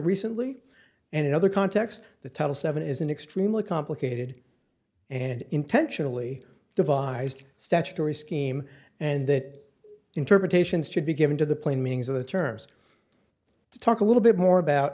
recently and in other contexts the title seven is an extremely complicated and intentionally devised statutory scheme and that interpretations should be given to the plain meanings of the terms to talk a little bit more about